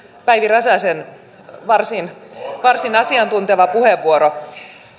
päivi räsäsen varsin varsin asiantunteva puheenvuoro